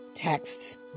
Texts